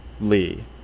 Lee